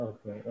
Okay